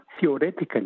theoretically